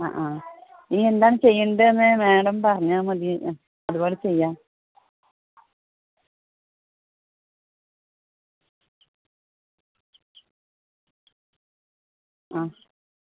ആ ആ ഇനി എന്താണ് ചെയ്യേണ്ടതെന്ന് മാഡം പറഞ്ഞാൽ മതി അതുപോലെ ചെയ്യാം ആ